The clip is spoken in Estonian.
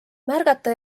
märgata